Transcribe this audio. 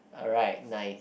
alright nice